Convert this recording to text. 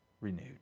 renewed